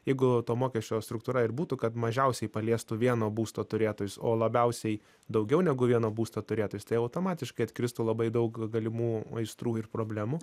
jeigu to mokesčio struktūra ir būtų kad mažiausiai paliestų vieno būsto turėtojus o labiausiai daugiau negu vieno būsto turėtus tai automatiškai atkristų labai daug galimų aistrų ir problemų